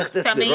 לך תסביר.